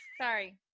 Sorry